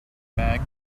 bag